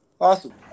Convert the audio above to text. Awesome